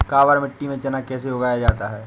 काबर मिट्टी में चना कैसे उगाया जाता है?